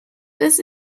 bis